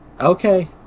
Okay